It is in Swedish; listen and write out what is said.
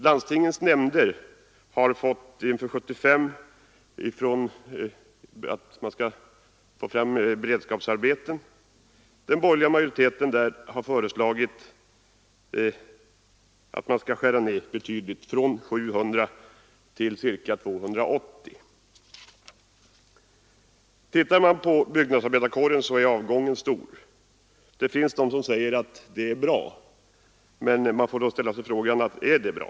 Landstingets nämnder har inför 1975 att skaffa fram beredskapsarbeten. Den borgerliga majoriteten där har föreslagit en betydande nedskärning, från 700 till ca 280. Tittar man på byggnadsarbetarkåren finner man att avgången är stor. Det finns de som säger att det är bra. Men jag ställer frågan: Är det bra?